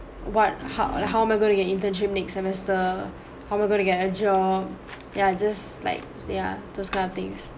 what how how am I going to get internship next semester how am I going to get a job yeah just like ya those kind of things